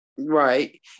Right